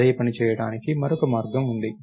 ఇదే పని చేయడానికి మరొక మార్గం ఉంది